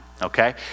Okay